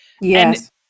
yes